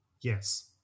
Yes